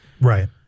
Right